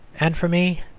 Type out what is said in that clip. and for me,